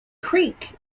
creek